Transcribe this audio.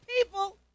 people